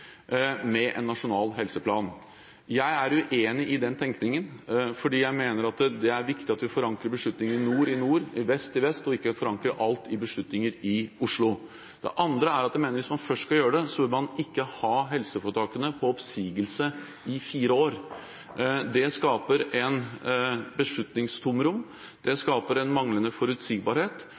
med en nasjonal helseplan. Jeg er uenig i den tenkningen, for jeg mener at det er viktig at vi forankrer beslutningene i nord i nord, i vest i vest og ikke forankrer alle beslutninger i Oslo. Det andre er: Jeg mener at hvis man først skal gjøre det, bør man ikke ha helseforetakene på oppsigelse i fire år. Det skaper et beslutningstomrom. Det skaper manglende forutsigbarhet, og det skaper en manglende